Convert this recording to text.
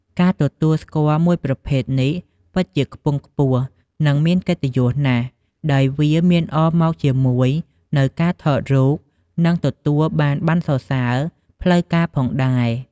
ការទទួលស្គាល់មួយប្រភេទនេះពិតជាខ្ពង់ខ្ពស់ និងមានកិត្តយសណាស់ដោយវាមានអមមកជាមួយនូវការថតរូប និងទទួលបានប័ណ្ណសរសើរផ្លូវការផងដែរ។